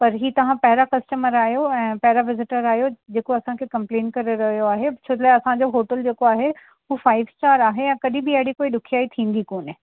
हीअ तव्हां पहिरां कस्टमर आहियो पहिरा विज़िटर आहियो जेको असांखे कंप्लेन करे रहियो आहे छो जे लाइ असांजो होटल जेको आहे हू फ़ाइव स्टार आहे ऐं कॾहिं बि अहिड़ी कोई ॾुखियाई थींदी कोन्हे